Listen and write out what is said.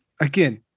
again